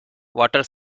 water